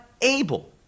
able